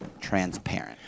transparent